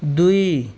दुई